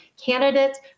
candidates